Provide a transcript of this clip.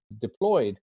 deployed